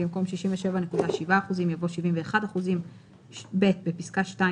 במקום "67.7%" יבוא "71%"; בפסקה (2),